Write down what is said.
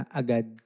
agad